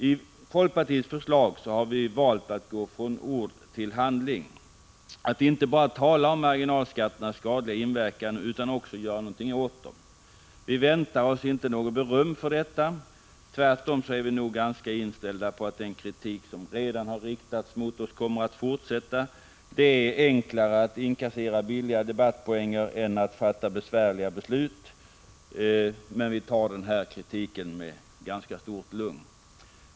I folkpartiets förslag har vi valt att gå från ord till handling, att inte bara tala om marginalskatternas skadliga inverkan utan att också göra någonting åt dem. Vi väntar oss inte något beröm för detta. Tvärtom är vi nog ganska inställda på att den kritik som redan riktats emot oss kommer att fortsätta. Det är enklare att inkassera billiga debattpoäng än att fatta besvärliga beslut. Men vi tar denna kritik med ganska stort lugn.